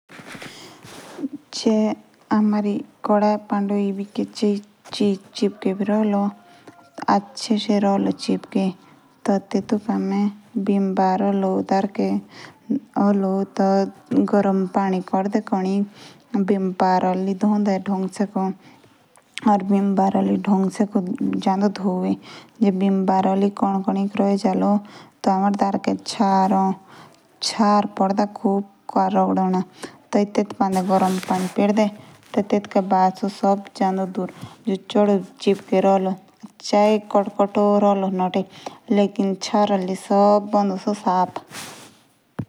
जे हमारे कदै पंडो किची चीज चिपकके भी रोलो। आचे से रोलो चुपके। ते टेटुके हामे बिम्नबार ओलो डार्के धारिये दो। तेतली क्रदे दंगसे धोए। जो से दंगसे जलो दगोये।